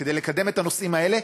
כדי לקדם את הנושאים האלה,